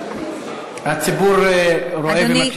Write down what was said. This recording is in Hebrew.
הציבור רואה ומקשיב.